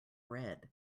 red